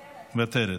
מוותרת,